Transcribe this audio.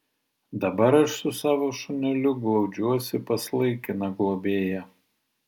dabar aš su savo šuneliu glaudžiuosi pas laikiną globėją